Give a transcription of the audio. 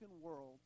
world